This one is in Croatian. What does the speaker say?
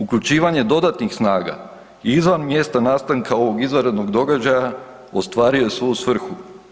Uključivanje dodatnih snaga i izvan mjesta nastanka ovog izvanrednog događaja ostvario je svoju svrhu.